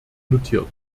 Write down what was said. notiert